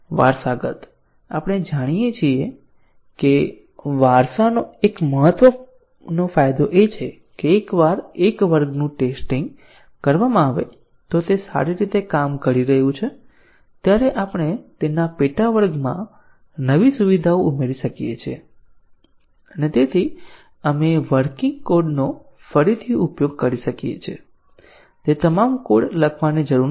વારસાગત આપણે જાણીએ છીએ કે વારસાનો એક મહત્વનો ફાયદો એ છે કે એકવાર એક વર્ગનું ટેસ્ટીંગ કરવામાં આવે તો તે સારી રીતે કામ કરી રહ્યું છે ત્યારે આપણે તેના પેટા વર્ગમાં નવી સુવિધાઓ ઉમેરી શકીએ છીએ અને આપણે વર્કિંગ કોડનો ફરીથી ઉપયોગ કરીએ છીએ તે તમામ કોડ લખવાની જરૂર નથી